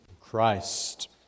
Christ